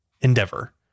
endeavor